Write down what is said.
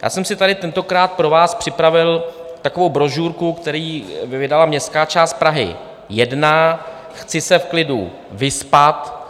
Já jsem si tady tentokrát pro vás připravil takovou brožurku, kterou vydala městská část Praha 1 Chci se v klidu vyspat.